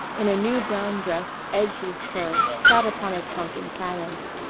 in a new brown dress edged with fur, sat upon a trunk in silence,